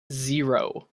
zero